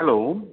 hello